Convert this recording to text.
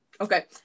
Okay